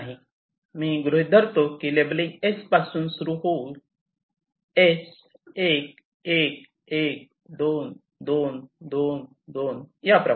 मी गृहीत धरतो की लेबलिंग S पासून सुरू होईल S 1 1 1 2 2 2 2 याप्रमाणे